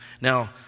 Now